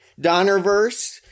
Donnerverse